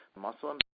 muscle